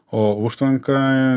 o užtvanka